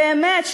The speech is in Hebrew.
באמת,